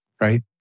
right